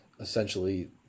essentially